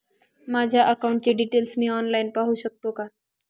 माझ्या अकाउंटचे डिटेल्स मी ऑनलाईन पाहू शकतो का?